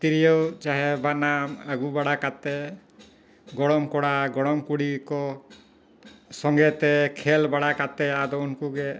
ᱛᱤᱨᱭᱳ ᱪᱟᱦᱮ ᱵᱟᱱᱟᱢ ᱟᱹᱜᱩ ᱵᱟᱲᱟ ᱠᱟᱛᱮᱫ ᱜᱚᱲᱚᱢ ᱠᱚᱲᱟ ᱜᱚᱲᱚᱢ ᱠᱩᱲᱤ ᱠᱚ ᱥᱚᱸᱜᱮ ᱛᱮ ᱠᱷᱮᱞ ᱵᱟᱲᱟ ᱠᱟᱛᱮᱫ ᱟᱫᱚ ᱩᱱᱠᱩ ᱜᱮ